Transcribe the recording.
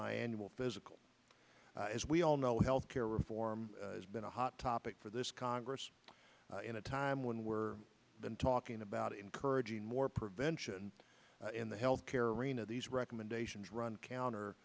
my annual physical as we all know health care reform has been a hot topic for this congress in a time when we're been talking about encouraging more prevention in the health care arena these recommendations run counter